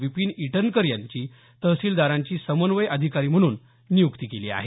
विपीन इटनकर यांनी तहसिलदारांची समन्वय अधिकारी म्हणून नियुक्ती केली आहे